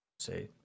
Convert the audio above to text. say